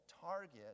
target